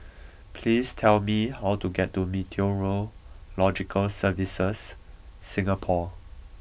please tell me how to get to Meteorological Services Singapore